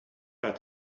got